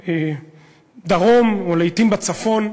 ובדרום, לעתים בצפון.